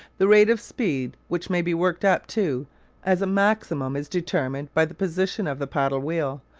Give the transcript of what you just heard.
the rate of speed which may be worked up to as a maximum is determined by the position of the paddle-wheel,